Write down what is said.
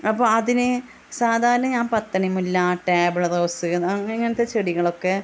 അപ്പോൾ അതിന് സാധാരണ ഞാൻ പത്തുമണി മുല്ല ടേബിൾ റോസ്സ് ഇങ്ങനെത്തെ ചെടികളൊക്കെ